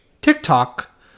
TikTok